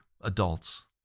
adults